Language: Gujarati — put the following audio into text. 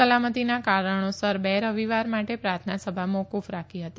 સલામતીના કારણોસર બે રવિવાર માટે પ્રાર્થના સભા મોકુફ રાખી હતી